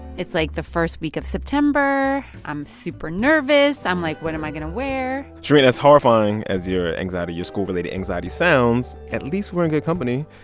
it's, like, the first week of september. i'm super nervous. i'm like, what am i going to wear? shereen, as horrifying as your anxiety your school-related anxiety sounds, at least we're in good company.